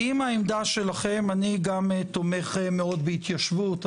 האם העמדה שלכם, אני גם תומך מאוד בהתיישבות.